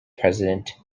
president